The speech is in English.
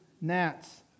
gnats